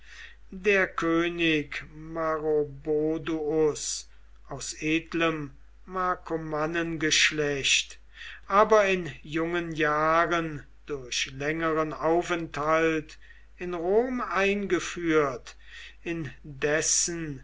der könig maroboduus aus edlem markomannengeschlecht aber in jungen jahren durch längeren aufenthalt in rom eingeführt in